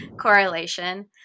correlation